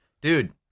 Dude